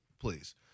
please